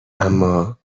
اما